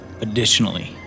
Additionally